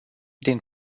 din